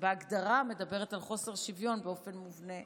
שבהגדרה מדברת על חוסר שוויון באופן מובנה,